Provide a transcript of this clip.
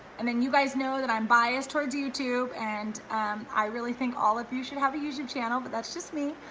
and then you guys know that i'm biased towards youtube, and i really think all of you should have a youtube channel, but that's just me.